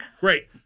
Great